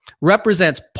represents